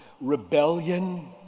rebellion